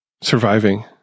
surviving